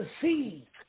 see